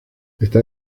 está